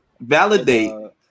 validate